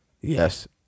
Yes